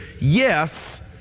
yes